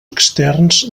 externs